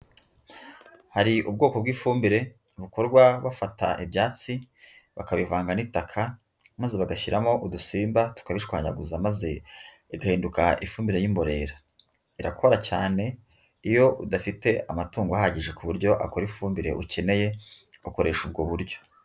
Hari ubwoko bw'ifumbire bukorwa bafata ibyatsi bakabivanga n'itaka, maze bagashyiramo udusimba tukabishwanyaguza maze igahinduka ifumbire y'imborera, irakora cyane iyo udafite amatungo ahagije ku buryo akora ifumbire ukeneye, ukoresha ubwo buryo.